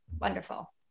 Wonderful